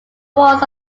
walls